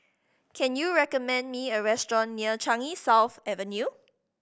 can you recommend me a restaurant near Changi South Avenue